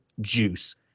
juice